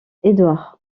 édouard